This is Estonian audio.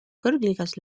kõrgliigas